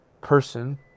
person